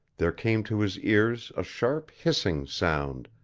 there came to his ears a sharp hissing sound,